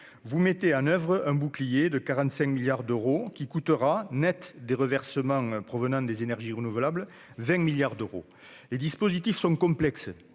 vous mettez en oeuvre un bouclier tarifaire de 45 milliards d'euros, qui coûtera, net des reversements provenant des énergies renouvelables, 20 milliards d'euros. Les dispositifs sont complexes